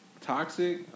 Toxic